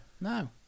No